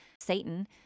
Satan